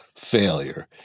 Failure